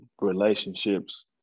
relationships